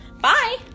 Bye